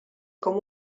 com